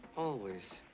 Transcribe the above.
always.